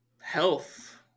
health